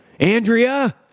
Andrea